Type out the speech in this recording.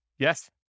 Yes